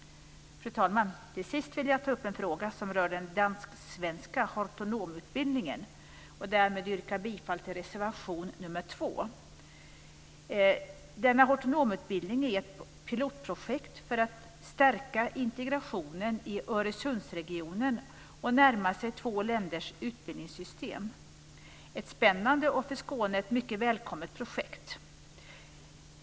Fru talman! Till sist vill jag ta upp en fråga som rör den dansk-svenska hortonomutbildningen. Därmed yrkar jag bifall till reservation nr 2. Denna hortonomutbildning är ett pilotprojekt för att stärka integrationen i Öresundsregionen och närma två länders utbildningssystem. Det är ett spännande och för Skåne mycket välkommet projekt.